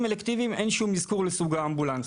אלקטיביים אין שום אזכור לסוג האמבולנס.